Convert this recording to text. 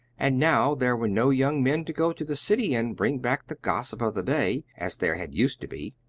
and now there were no young men to go to the city and bring back the gossip of the day, as there had used to be.